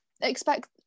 expect